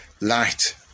light